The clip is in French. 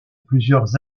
plusieurs